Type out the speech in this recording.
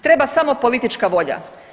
Treba samo politička volja.